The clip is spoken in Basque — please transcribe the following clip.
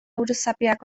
buruzapiak